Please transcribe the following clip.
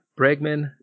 Bregman